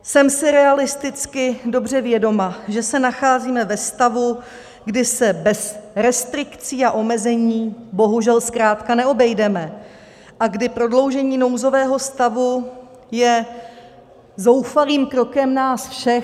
Jsem si realisticky dobře vědoma, že se nacházíme ve stavu, kdy se bez restrikcí a omezení bohužel zkrátka neobejdeme a kdy prodloužení nouzového stavu je zoufalým krokem nás všech.